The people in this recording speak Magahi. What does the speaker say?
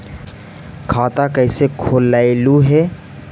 खाता कैसे खोलैलहू हे?